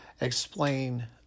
explain